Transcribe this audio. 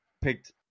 picked